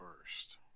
first